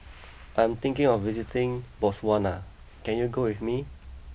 I am thinking of visiting Botswana can you go with me